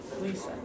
Lisa